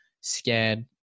scared